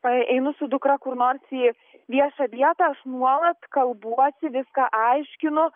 einu su dukra kur nors į viešą vietą aš nuolat kalbuosi viską aiškinu